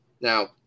Now